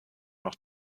noch